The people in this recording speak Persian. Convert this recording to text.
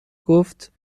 گفت